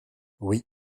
oui